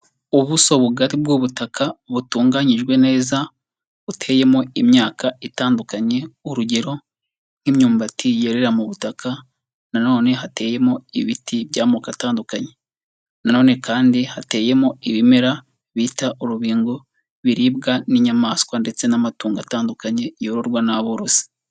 Ubuso bugari bw'ubutaka, butunganyijwe neza, buteyemo imyaka itandukanye, urugero: nk'imyumbati yerera mu butaka, na none hateyemo ibiti by'amoko atandukanye. Na none kandi hateyemo ibimera, bita urubingo, biribwa n'inyamaswa ndetse n'amatungo atandukanye, yororwa n'aborozi.